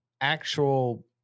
actual